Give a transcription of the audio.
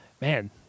man